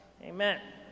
Amen